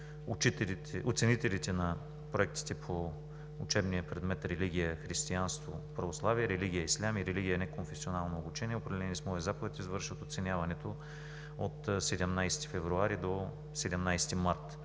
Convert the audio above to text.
Оценителите на проектите по учебния предмет „Религия – християнство – православие“, „Религия – ислям“ и „Религия – неконфесионално обучение“, определени с моя заповед, извършват оценяването от 17 февруари до 17 март